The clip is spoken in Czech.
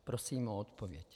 Prosím o odpověď.